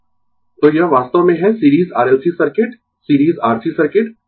Refer Slide Time 2601 तो यह वास्तव में है series R L C circuit series RC circuit